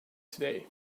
today